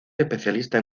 especialista